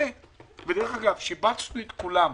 דרך אגב, שיבצנו את כולם,